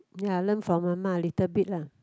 ya learn from Ah-Ma a little bit lah